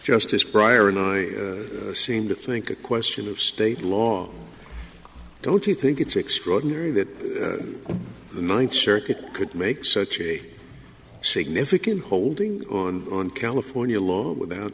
justice prior and i seem to think a question of state law don't you think it's extraordinary that the ninth circuit could make such a significant holding on on california law